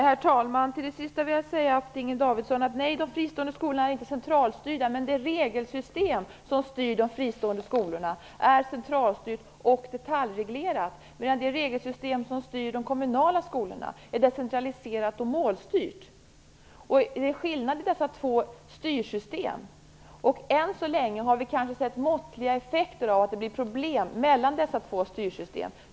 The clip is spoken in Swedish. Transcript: Herr talman! Till det sista Inger Davidson sade vill jag säga att de fristående skolorna inte är centralstyrda, men det regelsystem som styr de fristående skolorna är centralstyrt och detaljreglerat medan det regelsystem som styr de kommunala skolorna är decentraliserat och målstyrt. Det är skillnad mellan dessa två styrsystem. Än så länge har vi kanske sett måttliga effekter av att det blir problem med dessa två styrsystem.